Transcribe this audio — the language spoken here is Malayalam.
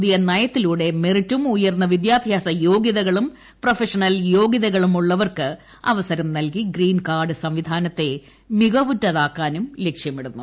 പുതിയ നയത്തിലൂടെ മെറിറ്റും ഉയർന്ന വിദ്യാഭ്യാസ യോഗൃതകളും പ്രൊഫഷണൽ യോഗൃതകളുമുള്ളവർക്ക് അവസരം നൽകി ഗ്രീൻ കാർഡ് സംവിധാനത്തെ മികവുറ്റതാക്കാനും ലക്ഷ്യമിടുന്നു